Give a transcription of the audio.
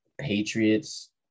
Patriots